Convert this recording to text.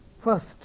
First